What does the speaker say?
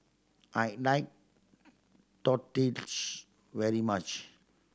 I like very much